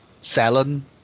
selling